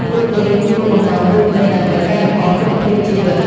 ពួកគេមានគោលបំណងរួមគ្នាដើម្បីកែលម្អគុណភាពជីវិត។